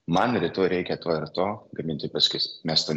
man rytoj reikia to ir to gamintojai pasakys mes to